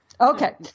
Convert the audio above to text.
okay